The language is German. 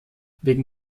wegen